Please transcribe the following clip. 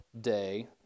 day